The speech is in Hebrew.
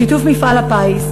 בשיתוף מפעל הפיס,